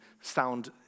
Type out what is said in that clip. sound